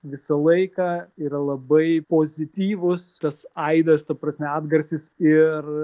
visą laiką yra labai pozityvus tas aidas ta prasme atgarsis ir